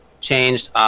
changed